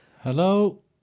Hello